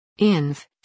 INV